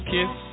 Kiss